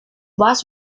was